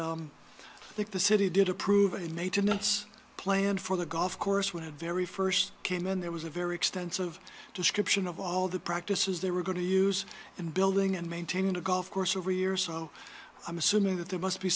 if the city did approve any maintenance plan for the golf course when a very first came in there was a very extensive description of all the practices they were going to use in building and maintaining a golf course over years so i'm assuming that there must be